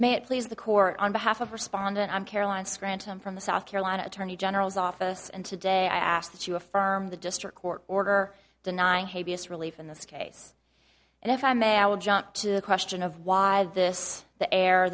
it please the court on behalf of respondent i'm caroline scranton from the south carolina attorney general's office and today i asked them to affirm the district court order denying habeas relief in this case and if i may i will jump to the question of why this the